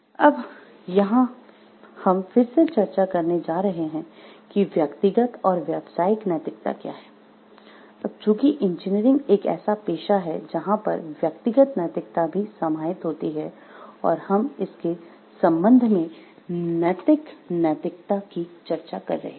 अब यहां हम फिर से चर्चा करने जा रहे हैं कि व्यक्तिगत और व्यावसायिक नैतिकता क्या है अब चूँकि इंजीनियरिंग एक ऐसा पेशा है जहाँ पर व्यक्तिगत नैतिकता भी समाहित होती है और हम इसके सम्बन्ध में नैतिक नैतिकता की चर्चा कर रहे हैं